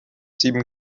sieben